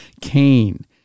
Cain